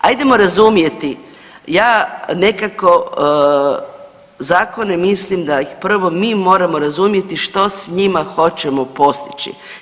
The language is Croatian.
Hajdemo razumjeti, ja nekako zakone mislim da ih prvo mi moramo razumjeti što s njima hoćemo postići.